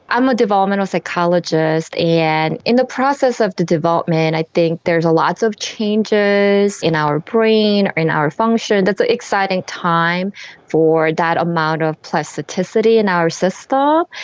i'm a developmental psychologist, and in the process of the development i think there's lots of changes in our brain or in our function, that's an exciting time for that amount of plasticity in our system.